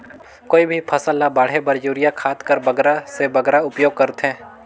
कोई भी फसल ल बाढ़े बर युरिया खाद कर बगरा से बगरा उपयोग कर थें?